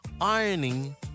ironing